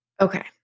Okay